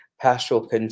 pastoral